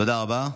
תודה רבה.